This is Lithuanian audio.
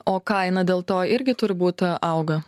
o kaina dėl to irgi turbūt auga